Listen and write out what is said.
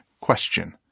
Question